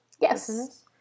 Yes